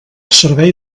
servei